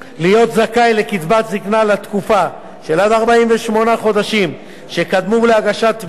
להיות זכאי לקצבת זיקנה לתקופה של עד 48 חודשים שקדמו להגשת תביעתו,